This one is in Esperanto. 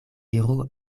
iru